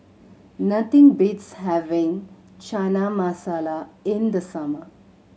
nothing beats having Chana Masala in the summer